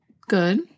Good